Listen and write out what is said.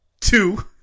two